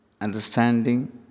understanding